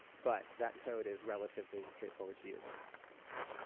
but that code is relatively straightforward to use.